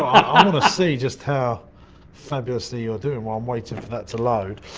i um and see just how fabulously you're doing, while i'm waiting for that to load.